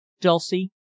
Dulcie